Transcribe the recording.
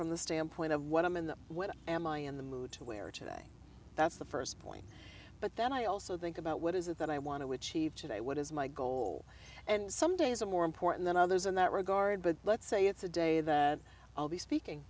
from the standpoint of what i'm in the what am i in the mood to wear today that's the first point but then i also think about what is it that i want to achieve today what is my goal and some days are more important than others in that regard but let's say it's a day that i'll be speaking